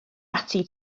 ati